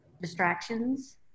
distractions